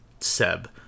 Seb